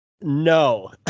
no